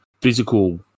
physical